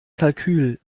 kalkül